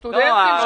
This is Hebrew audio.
סטודנטים.